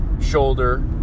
shoulder